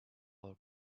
our